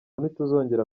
ntituzongera